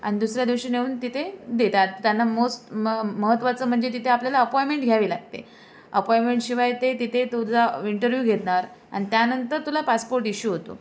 आणि दुसऱ्या दिवशी नेऊन तिथे देतात त्यांना मोस्ट महत्वाचं म्हणजे तिथे आपल्याला अपॉइमेंट घ्यावी लागते अपॉइमेंटशिवाय ते तिथे तुझा इंटरव्ह्यू घेणार आणि त्यानंतर तुला पासपोर्ट इश्यू होतो